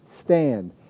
stand